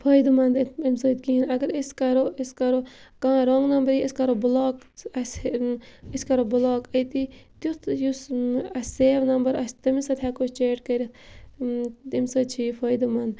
فٲیِدٕ مَنٛد اَمہِ اَمہِ سۭتۍ کِہیٖنۍ اَگر أسۍ کَرو أسۍ کَرو کانٛہہ رانٛگ نمبر یی أسۍ کَرو بٕلاک اَسہِ أسۍ کَرو بٕلاک أتی تٮُتھ یُس اَسہِ سیو نمبر آسہِ تٔمِس سۭتۍ ہٮ۪کو أسۍ چیٹ کٔرِتھ تمہِ سۭتۍ چھُ یہِ فٲیِدٕ مَند